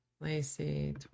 Lacey